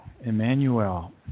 Emmanuel